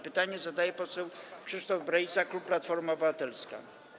Pytanie zadaje poseł Krzysztof Brejza, klub Platforma Obywatelska.